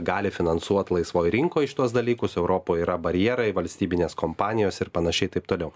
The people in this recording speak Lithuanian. gali finansuot laisvoj rinkoj šituos dalykus europoj yra barjerai valstybinės kompanijos ir panašiai taip toliau